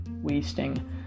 wasting